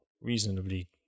reasonably